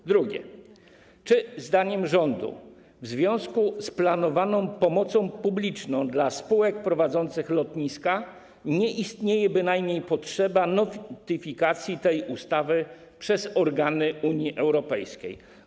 Po drugie: Czy zdaniem rządu w związku z planowaną pomocą publiczną dla spółek prowadzących lotniska nie istnieje potrzeba notyfikacji tej ustawy przez organy Unii Europejskiej?